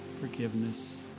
forgiveness